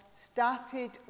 started